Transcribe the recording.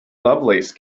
lovelace